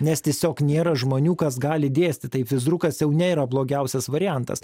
nes tiesiog nėra žmonių kas gali dėstyti tai fizrukas jau nėra blogiausias variantas